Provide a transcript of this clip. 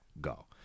go